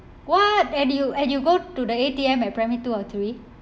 what and you and you go to the A_T_M at primary two or three